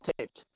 taped